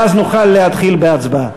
ואז נוכל להתחיל בהצבעה.